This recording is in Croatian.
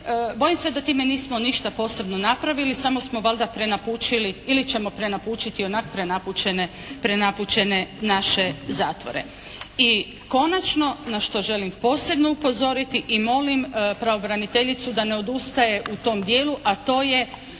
Bojim se da time nismo ništa posebno napravili. Samo smo valjda prenapučili ili ćemo prenapučiti ionako prenapučene naše zatvore. I konačno na što želim posebno upozoriti i molim pravobraniteljicu da ne odustaje u tom dijelu, a to je